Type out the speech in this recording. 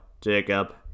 Jacob